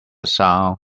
sound